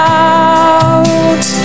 out